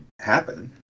happen